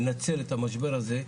לנצל את המשבר הזה,